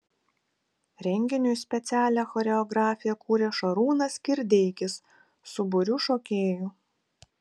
renginiui specialią choreografiją kūrė šarūnas kirdeikis su būriu šokėjų